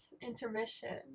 intermission